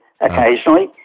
occasionally